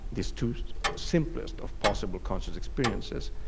these two simplest of possible conscious experiences,